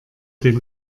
den